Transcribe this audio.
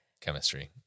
chemistry